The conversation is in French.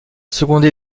secondé